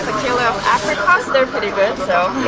kilo of apricots they are pretty good so.